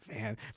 man